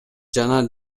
жана